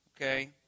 Okay